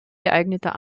geeigneter